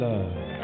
Love